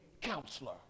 counselor